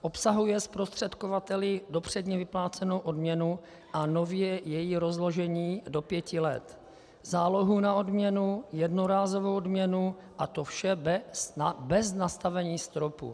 Obsahuje zprostředkovateli dopředně vyplácenou odměnu a nově její rozložení do pěti let, zálohu na odměnu, jednorázovou odměnu, a to vše bez nastavení stropu.